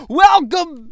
welcome